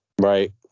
Right